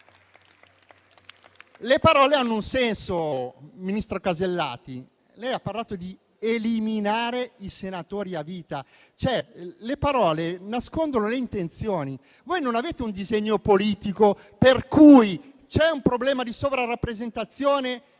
Le parole hanno un senso, ministra Casellati, e lei ha parlato di "eliminare" i senatori a vita. Le parole nascondono le intenzioni: voi non avete un disegno politico per cui, se c'è un problema di sovrarappresentazione